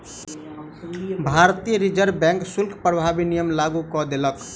भारतीय reserve bank शुल्क प्रभावी नियम लागू कय देलक